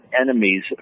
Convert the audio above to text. enemies